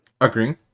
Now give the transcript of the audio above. Agree